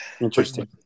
Interesting